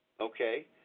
Okay